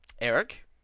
Eric